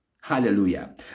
Hallelujah